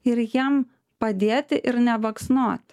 ir jiem padėti ir nebaksnoti